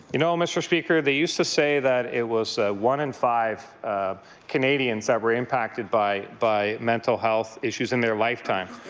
you know, mr. speaker, they used to say that it was one in five canadians that were impacted by by mental health issues in their lifetime.